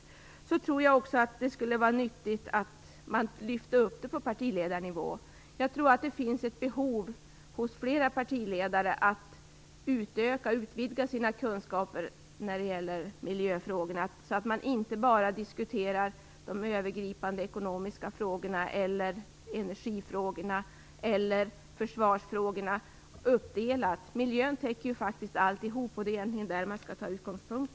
Jag tror också att det skulle vara nyttigt att lyfta upp det här på partiledarnivå. Jag tror att det hos flera partiledare finns ett behov av att utöka och utvidga sin kunskaper när det gäller miljöfrågorna, så att man inte bara diskuterar de övergripande ekonomiska frågorna, energifrågorna eller försvarsfrågorna uppdelat. Miljön täcker ju alltihop, och det är där man skall ta sin utgångspunkt.